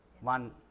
One